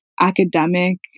academic